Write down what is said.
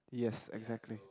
yes exactly